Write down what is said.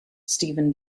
stephen